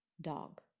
dog